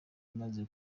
maze